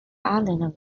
allen